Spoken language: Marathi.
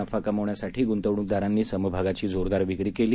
नफा कमावण्यासाठी गुंतवणूकदारांनी समभागांची जोरदार विक्री केली